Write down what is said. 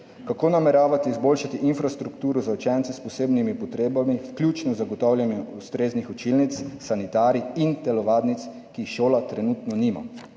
Kako nameravate izboljšati infrastrukturo za učence s posebnimi potrebami, vključno z zagotavljanjem ustreznih učilnic, sanitarij in telovadnic, ki jih šola trenutno nima?